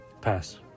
Pass